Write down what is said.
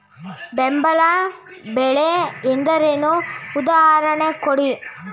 ಬೆಂಬಲ ಬೆಲೆ ಎಂದರೇನು, ಉದಾಹರಣೆ ಕೊಡಿ?